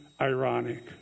ironic